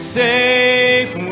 safe